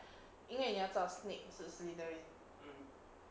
因为你要知道 snape 是 slytherin